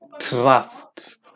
trust